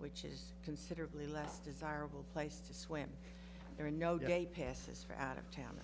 which is considerably less desirable place to swim there are no day passes for out of town